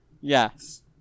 Yes